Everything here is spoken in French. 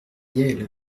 yaël